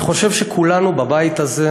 אני חושב שכולנו בבית הזה